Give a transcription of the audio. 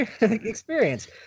experience